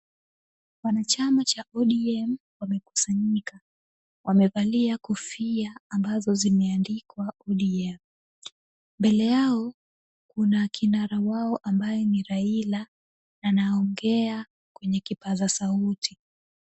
Wanachama cha ODM wamekusanyika. Wamevalia kofia ambazo zimeandikwa ODM. Mbele yao kuna kinara wao ambaye ni Raila, na anaongea kwenye kipaza sauti.